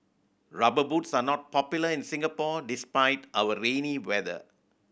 Rubber Boots are not popular in Singapore despite our rainy weather